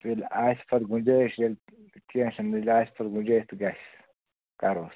ییٚلہِ آسہِ پَتہٕ گُنٛجٲیِش ییٚلہِ کیٚنٛہہ چھِنہٕ ییٚلہِ آسہِ پتہٕ گُنٛجٲیِش تہٕ گژھِ کَرہوس